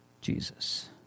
Jesus